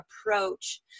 approach